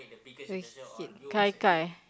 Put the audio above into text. which is gai-gai